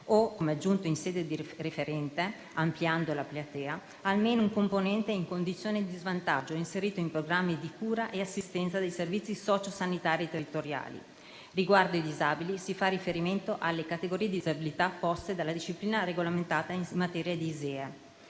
- come aggiunto in sede referente, ampliando la platea - almeno un componente in condizione di svantaggio inserito in programmi di cura e assistenza dei servizi socio-sanitari territoriali. Riguardo ai disabili, si fa riferimento alle categorie di disabilità poste dalla disciplina regolamentata in materia di ISEE.